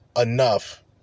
Enough